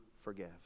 forgive